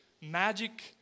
magic